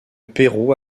pérou